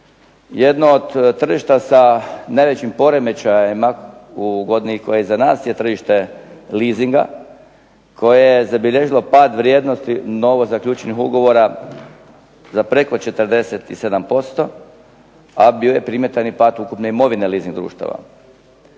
Jedno od tržišta sa najvećim poremećajima u godini koja je iza nas je tržište leasinga, koje je zabilježilo pad vrijednosti novozaključenih ugovora za preko 47%, a bio je primjetan i pad ukupne imovine leasing društava,